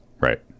right